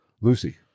Lucy